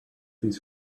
these